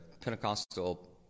Pentecostal